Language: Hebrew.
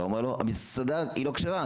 אלא הוא אומר לו: המסעדה לא כשרה,